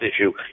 issue